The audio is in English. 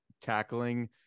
tackling